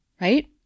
right